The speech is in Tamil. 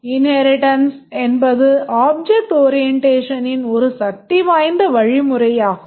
இன்ஹேரிட்டன்ஸ் என்பது ஆப்ஜெக்ட் orientation ன் ஒரு சக்திவாய்ந்த வழிமுறையாகும்